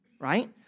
right